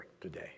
today